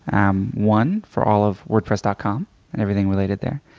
um one for all of wordpress dot com and everything related there.